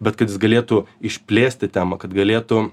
bet kad jis galėtų išplėsti temą kad galėtų